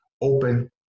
open